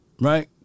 right